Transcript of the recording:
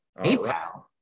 PayPal